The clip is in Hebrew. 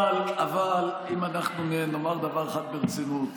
אבל אם אנחנו נאמר דבר אחד ברצינות,